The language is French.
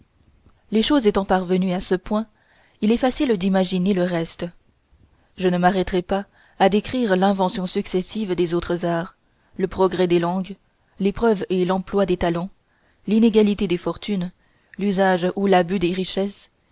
les choses étant parvenues à ce point il est facile d'imaginer le reste je ne m'arrêterai pas à décrire l'invention successive des autres arts le progrès des langues l'épreuve et l'emploi des talents l'inégalité des fortunes l'usage ou l'abus des richesses